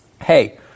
hey